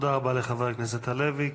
תודה רבה לחבר הכנסת הלוי.